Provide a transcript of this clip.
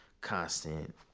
constant